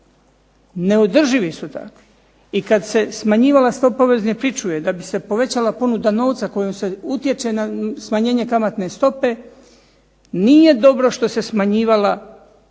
neodrživi su takvi i kad se smanjivala stopa porezne pričuve da bi se povećala ponuda novca kojom se utječe na smanjenje kamatne stope nije dobro što se smanjivala